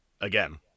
again